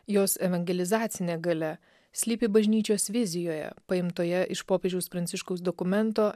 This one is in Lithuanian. jos evangelizacinė galia slypi bažnyčios vizijoje paimtoje iš popiežiaus pranciškaus dokumento